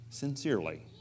Sincerely